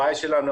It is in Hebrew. הבעיה שלנו,